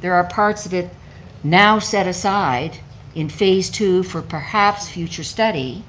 there are parts of it now set aside in phase two for perhaps future study